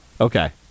Okay